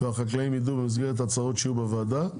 שהחקלאים ידעו במסגרת ההצהרות שיהיו בוועדה,